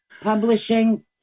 publishing